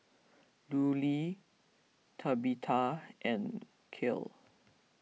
Lulie Tabitha and Kiel